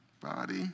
body